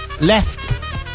left